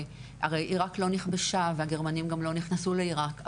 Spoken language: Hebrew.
הרי עירק לא נכבשה והגרמנים גם לא נכנסו לעירק,